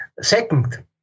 Second